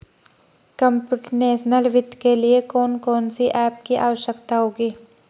Computational वित्त के लिए कौन कौन सी एप की आवश्यकता होगी?